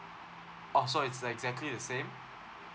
oh so it's exactly the same